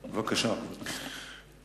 בבקשה, כבוד השר.